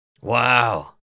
Wow